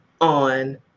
on